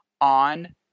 on